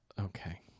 Okay